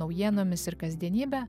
naujienomis ir kasdienybe